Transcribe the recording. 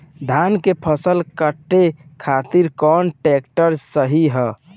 धान के फसल काटे खातिर कौन ट्रैक्टर सही ह?